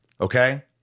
Okay